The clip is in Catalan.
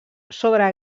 sobre